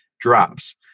drops